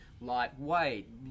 Lightweight